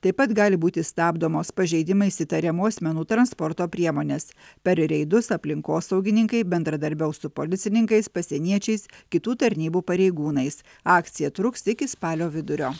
taip pat gali būti stabdomos pažeidimais įtariamų asmenų transporto priemonės per reidus aplinkosaugininkai bendradarbiaus su policininkais pasieniečiais kitų tarnybų pareigūnais akcija truks iki spalio vidurio